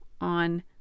on